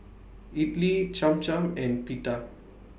Idili Cham Cham and Pita